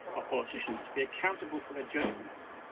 ah politicians to be accountable for their judgments,